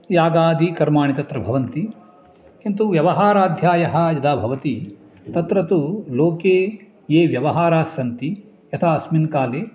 यागादिकर्माणि तत्र भवन्ति किन्तु व्यवहाराध्यायः यदा भवति तत्र तु लोके ये व्यवहारस्सन्ति यथा अस्मिन् काले